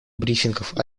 брифингов